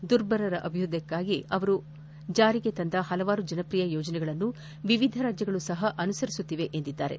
ದುರ್ಬಲರ ಅಭ್ಯುದಯಕ್ಕಾಗಿ ಅವರು ಜಾರಿಗೆ ತಂದ ಹಲವಾರು ಜನಪ್ರಿಯ ಯೋಜನೆಗಳನ್ನು ವಿವಿಧ ರಾಜ್ಞಗಳು ಸಹ ಅನುಸರಿಸುತ್ತಿವೆ ಎಂದಿದ್ದಾರೆ